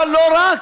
אבל לא רק.